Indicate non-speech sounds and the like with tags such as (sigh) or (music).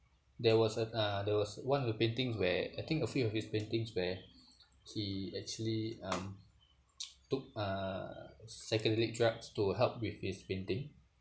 there was a uh there was one of the paintings where I think a few of his paintings where he actually um (noise) took uh psychedelic drugs to help with his painting